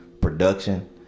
production